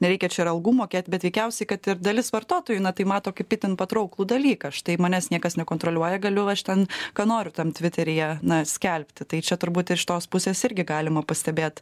nereikia čia ir algų mokėt bet veikiausiai kad ir dalis vartotojų na tai mato kaip itin patrauklų dalyką štai manęs niekas nekontroliuoja galiu va aš ten ką noriu tam tviteryje na skelbti tai čia turbūt iš tos pusės irgi galima pastebėt